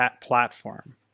platform